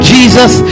Jesus